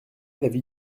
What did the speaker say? l’avis